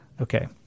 Okay